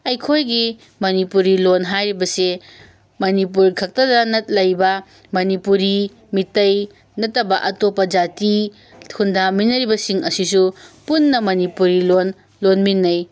ꯑꯩꯈꯣꯏꯒꯤ ꯃꯅꯤꯄꯨꯔꯤ ꯂꯣꯟ ꯍꯥꯏꯔꯤꯕꯁꯤ ꯃꯅꯤꯄꯨꯔ ꯈꯛꯇꯗ ꯂꯩꯕ ꯃꯅꯤꯄꯨꯔꯤ ꯃꯤꯇꯩ ꯅꯠꯇꯕ ꯑꯇꯣꯞꯄ ꯖꯥꯇꯤ ꯈꯨꯟꯗꯃꯤꯟꯅꯔꯤꯕꯁꯤꯡ ꯑꯁꯤꯁꯨ ꯄꯨꯟꯅ ꯃꯅꯤꯄꯨꯔꯤ ꯂꯣꯟ ꯂꯣꯟꯃꯤꯟꯅꯩ